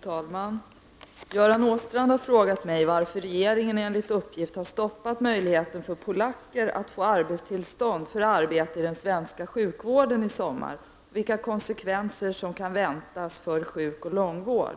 Fru talman! Göran Åstrand har frågat mig varför regeringen enligt uppgift har stoppat möjligheten för polacker att få arbetstillstånd för arbete i den svenska sjukvården i sommar och vilka konsekvenserna kan väntas bli för sjukoch långvård.